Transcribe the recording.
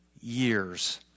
years